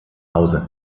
hause